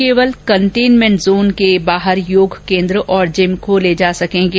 केवल containment zone के बाहर योग केन्द्र और जिम खोल जा सकेंगे